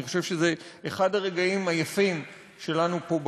אני חושב שזה אחד הרגעים היפים שלנו פה,